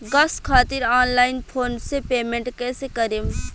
Gas खातिर online phone से payment कैसे करेम?